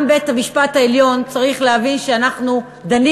גם בית-המשפט העליון צריך להבין שאנחנו דנים